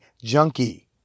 Junkie